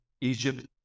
Egypt